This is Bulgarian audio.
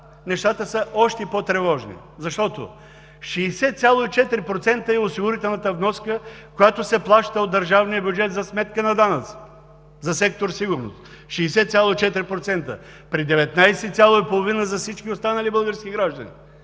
нещата са още по-тревожни. Защото 60,4% е осигурителната вноска, която се плаща от държавния бюджет за сметка на данъците за сектор „Сигурност“ – 60,4%, при 19,5% за всички останали български граждани,